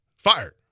fired